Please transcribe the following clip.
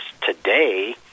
today